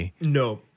no